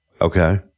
Okay